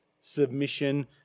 submission